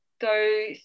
go